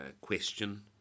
question